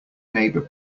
neighbor